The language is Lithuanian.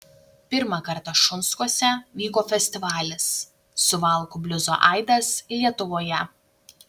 pirmą kartą šunskuose vyko festivalis suvalkų bliuzo aidas lietuvoje